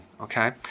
Okay